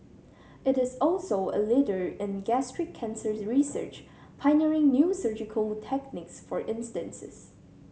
it is also a leader in gastric cancer research pioneering new surgical techniques for instances